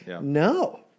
No